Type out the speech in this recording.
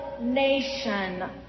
nation